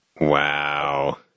Wow